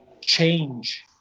change